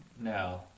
No